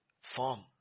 form